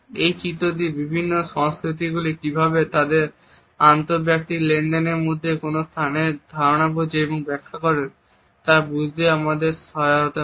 এই চিত্রটি বিভিন্ন সংস্কৃতিগুলি কীভাবে তাদের আন্তঃব্যক্তিক লেনদেনের মধ্যে কোনও স্থানের ধারণা বোঝে ও ব্যাখ্যা করে তা বুঝতে আমাদের সহায়তা করে